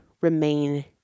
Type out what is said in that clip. remain